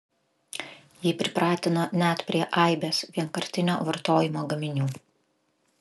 ji pripratino net prie aibės vienkartinio vartojimo gaminių